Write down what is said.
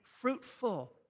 fruitful